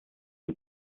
die